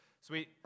sweet